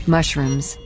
Mushrooms